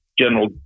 General